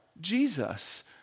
Jesus